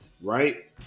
right